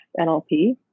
NLP